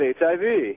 HIV